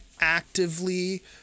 actively